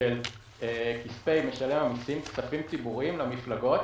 של כספי משלם המיסים, כספים ציבוריים למפלגות.